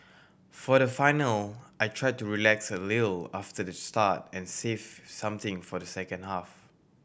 for the final I try to relax a after the start and save something for the second half